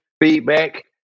feedback